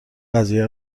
قضیه